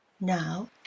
now